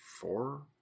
four